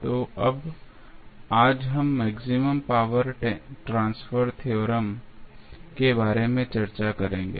तो अब आज हम मैक्सिमम पावर ट्रांसफर थ्योरम के बारे में चर्चा करेंगे